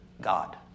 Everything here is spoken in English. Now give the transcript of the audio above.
God